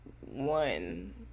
one